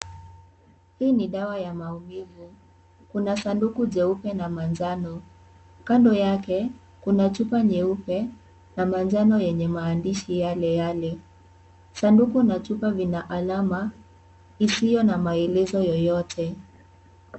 Hii ni dawa ya maumivu. Kuna sanduku jeupe na manjano. Kando yake, kuna chupa nyeupe na manjano yenye maandishi yale yale. Sanduku na chupa vina alama isiyo na maelezo yoyote.